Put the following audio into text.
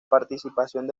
participación